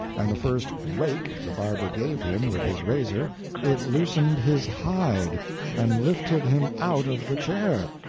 and the first rake the barber gave him with his razor it loosened his hide and lifted him out of the chair.